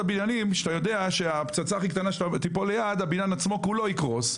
הבניינים שהפצצה הכי קטנה שתיפול ליד הבניין עצמו כולו יקרוס.